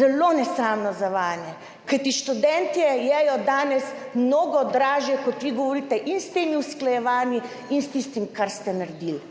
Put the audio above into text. Zelo nesramno zavajanje, kajti študentje jejo danes mnogo dražje, kot vi govorite, in s temi usklajevanji in s tistim, kar ste naredili.